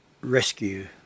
rescue